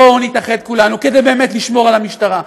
בואו נתאחד כולנו כדי באמת לשמור על המשטרה,